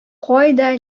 кайда